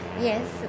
yes